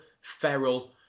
feral